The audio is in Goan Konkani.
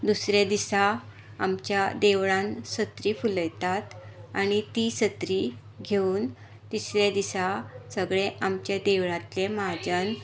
दुसरे दिसा आमच्या देवळान सत्री फुलयतात आनी ती सत्री घेवन तीसरे दिसा सगळें आमचें देवळांतलें महाजन